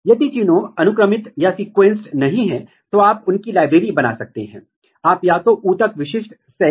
और अगर दोनों जीन प्रकृति में संवादात्मक हैं तो वे इंटरेक्ट करेंगे और फिर bait और प्रे एक साथ आएंगे और वे संकेत देंगे